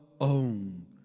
own